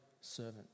servant